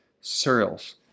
cereals